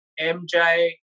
MJ